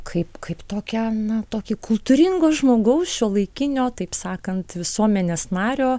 kaip kaip tokią tokį kultūringo žmogaus šiuolaikinio taip sakant visuomenės nario